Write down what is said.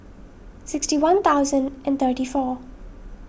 sixty one thousand and thirty four